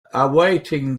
awaiting